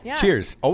Cheers